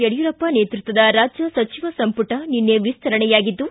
ಯಡಿಯೂರಪ್ಪ ನೇತೃತ್ವದ ರಾಜ್ಯ ಸಚಿವ ಸಂಪುಟ ನಿನ್ನೆ ವಿಸ್ತರಣೆಯಾಗಿದ್ದು